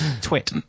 Twit